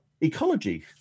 ecology